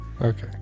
Okay